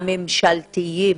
הממשלתיים,